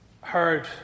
heard